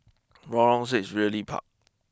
Lorong six Realty Park